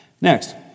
Next